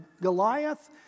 Goliath